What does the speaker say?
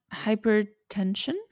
hypertension